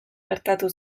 gertatu